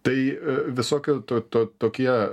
tai visokie to to tokie